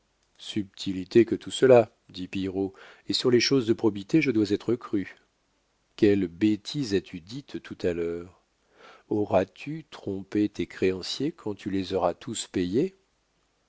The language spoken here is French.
subtilité que tout cela dit pillerault et sur les choses de probité je dois être cru quelle bêtise as-tu dite tout à l'heure auras-tu trompé tes créanciers quand tu les auras tous payés